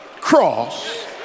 cross